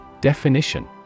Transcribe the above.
Definition